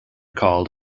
called